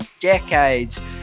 decades